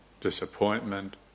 disappointment